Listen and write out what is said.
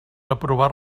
aprovar